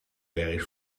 werkt